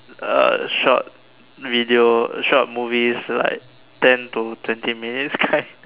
err short video short movies like ten to twenty minutes kind